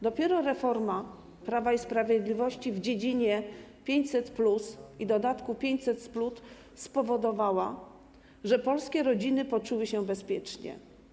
Dopiero reforma Prawa i Sprawiedliwości w dziedzinie 500+ i dodatku 500+ spowodowała, że polskie rodziny poczuły się bezpiecznie.